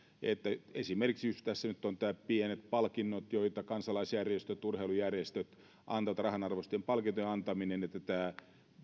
ja esimerkiksi just tässä ovat nämä pienet palkinnot joita kansalaisjärjestöt urheilujärjestöt antavat rahanarvoisten palkintojen antaminen se että tämä